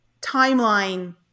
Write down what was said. timeline